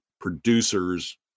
producers